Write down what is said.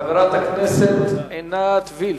חברת הכנסת עינת וילף,